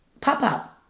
pop-up